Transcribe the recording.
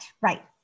right